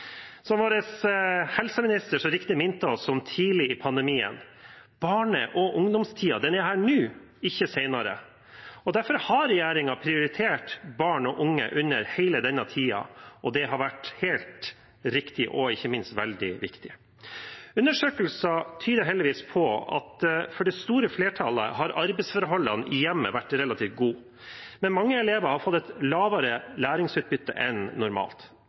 Som vår helseminister så riktig minnet oss om tidlig i pandemien: Barne- og ungdomstiden er her nå, ikke senere. Derfor har regjeringen prioritert barn og unge under hele denne tiden, og det har vært helt riktig og ikke minst veldig viktig. Undersøkelser tyder heldigvis på at for det store flertallet har arbeidsforholdene i hjemmet vært relativt gode, men mange elever har fått et lavere læringsutbytte enn normalt,